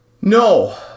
No